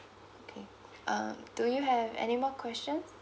okay uh do you have any more questions